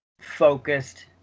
focused